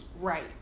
right